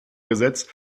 gesetz